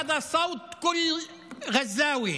(זה הקול של כל עזתי זקוף.)